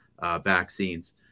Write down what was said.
vaccines